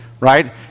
right